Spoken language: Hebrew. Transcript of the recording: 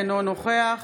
אינו נוכח